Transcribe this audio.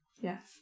yes